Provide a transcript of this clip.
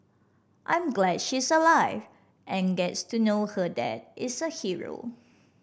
I'm glad she's alive and gets to know her dad is a hero